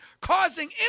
causing